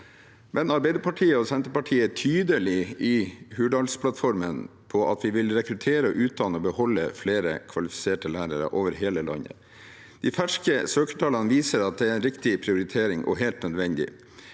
Arbeiderpartiet og Senterpartiet er i Hurdalsplattformen tydelig på at vi vil rekruttere, utdanne og beholde flere kvalifiserte lærere over hele landet. De ferske søkertallene viser at det er riktig prioritering og helt nødvendig.